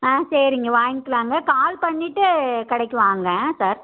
ஆ சரிங்க வாங்கிக்கிலாங்க கால் பண்ணிவிட்டு கடைக்கு வாங்க சார்